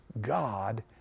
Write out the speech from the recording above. God